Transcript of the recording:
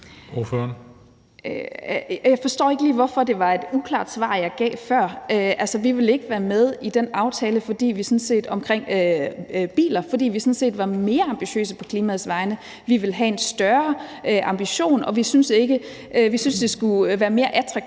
Jeg forstår ikke lige, hvorfor det var et uklart svar, jeg gav før. Altså, vi ville ikke være med i den aftale omkring biler, fordi vi sådan set var mere ambitiøse på klimaets vegne. Vi vil have en større ambition, og vi synes, det skulle være mere attraktivt